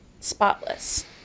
spotless